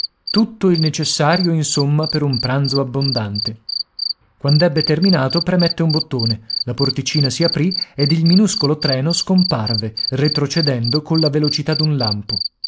tutto il necessario insomma per un pranzo abbondante quand'ebbe terminato premette un bottone la porticina si aprì ed il minuscolo treno scomparve retrocedendo colla velocità d'un lampo